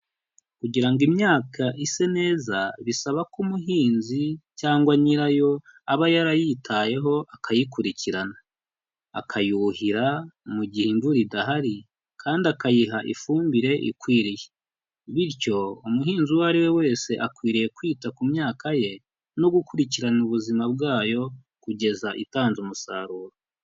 Kugira ngo imyaka ise neza bisaba ko umuhinzi cyangwa nyirayo aba yarayitayeho akayikurikirana, akayuhira mu gihe imvura idahari kandi akayiha ifumbire ikwiriye, bityo umuhinzi uwo ari we wese akwiriye kwita ku myaka ye no gukurikirana ubuzima bwayo kugeza itanze umusaruro.